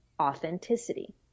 authenticity